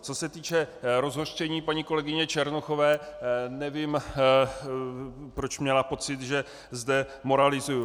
Co se týče rozhořčení paní kolegyně Černochové, nevím, proč měla pocit, že zde moralizuji.